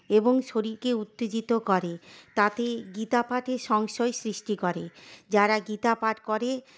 এবং শরীরকে উত্তেজিত করে তাতে গীতাপাঠে সংশয় সৃষ্টি করে যারা গীতাপাঠ করে